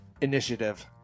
initiative